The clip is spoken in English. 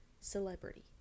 celebrity